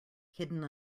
hidden